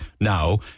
now